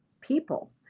people